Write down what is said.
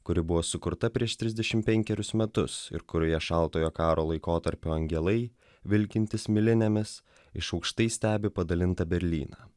kuri buvo sukurta prieš trisdešim penkerius metus ir kurioje šaltojo karo laikotarpio angelai vilkintys milinėmis iš aukštai stebi padalintą berlyną